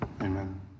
amen